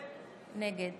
נגד